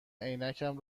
عینکم